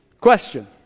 Question